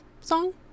song